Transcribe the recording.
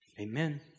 Amen